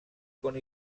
con